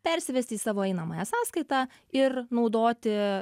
persivesti į savo einamąją sąskaitą ir naudoti